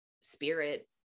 spirit